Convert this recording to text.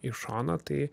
į šoną tai